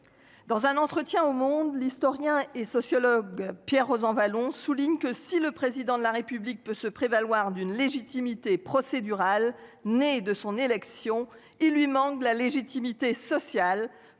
Dans un entretien au Monde l'historien et sociologue Pierre Rosanvallon souligne que si le président de la République peut se prévaloir d'une légitimité procédurale née de son élection, il lui manque la légitimité sociale